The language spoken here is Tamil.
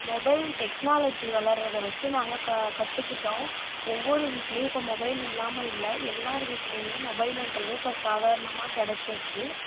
மொபைல் டெக்னாலஜி வளர்வதை வச்சு நாங்கள் கற்றுக்கிட்டோம் ஒவ்வொரு வீட்டிலேயும் இப்போ மொபைல் இல்லாமல் இல்லை எல்லார் வீட்லேயுமே மொபைலுன்றது இப்போ சாதாரணமாக கெடைச்சிருச்சி